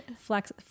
flex